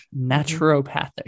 Naturopathic